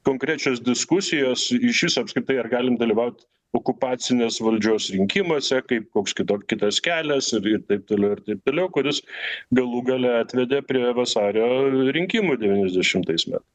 konkrečios diskusijos išvis apskritai ar galim dalyvaut okupacinės valdžios rinkimuose kaip koks kito kitas kelias ir taip toliau ir taip toliau kuris galų gale atvedė prie vasario rinkimų devyniasdešimtais metais